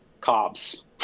cobs